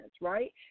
right